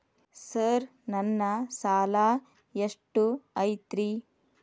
Sir ನನ್ನ ಸಾಲಾ ಎಷ್ಟು ಐತ್ರಿ?